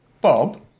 Bob